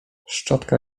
szczotka